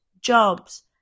jobs